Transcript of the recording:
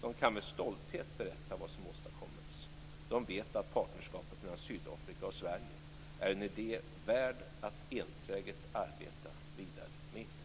De kan med stolthet berätta vad som har åstadkommits. De vet att partnerskapet mellan Sydafrika och Sverige är en idé värd att enträget arbeta vidare med.